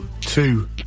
Two